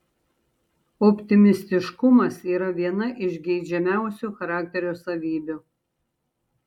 optimistiškumas yra viena iš geidžiamiausių charakterio savybių